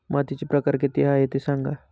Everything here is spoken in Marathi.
मातीचे प्रकार किती आहे ते सांगा